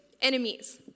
enemies